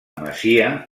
masia